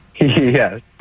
Yes